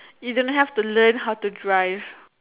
you don't have to learn how to drive